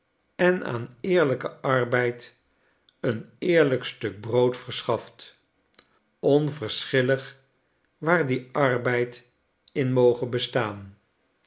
en aan eerlijken arbeid een eerlijk stuk brood verschaft onverschillig waar die arbeid in